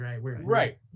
right